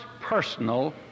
personal